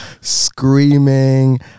screaming